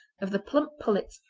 of the plump pullets,